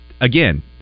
again